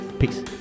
Peace